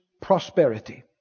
prosperity